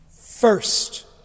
First